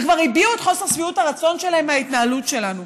שכבר הביעו את חוסר שביעות הרצון שלהם מההתנהלות שלנו.